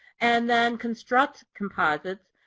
and then construct composites,